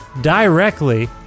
directly